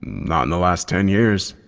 not in the last ten years.